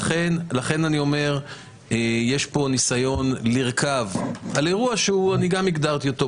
לכן אני אומר: יש פה ניסיון לרכב על אירוע שגם אני הגדרתי אותו,